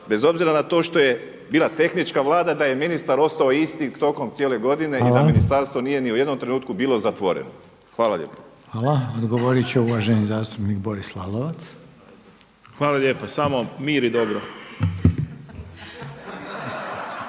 bez obzira na to što je bila tehnička Vlada da je ministar ostao isti tokom cijele godine i da ministarstvo nije ni u jednom trenutku bilo zatvoreno. Hvala lijepa. **Reiner, Željko (HDZ)** Hvala. Odgovorit će uvaženi zastupnik Boris Lalovac. **Lalovac, Boris